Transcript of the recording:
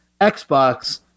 Xbox